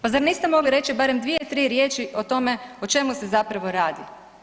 Pa zar niste mogli reći barem 2-3 riječi o tome o čemu se zapravo radi?